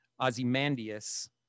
Ozymandias